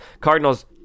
Cardinals